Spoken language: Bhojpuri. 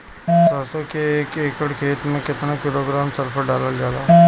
सरसों क एक एकड़ खेते में केतना किलोग्राम सल्फर डालल जाला?